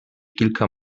kilka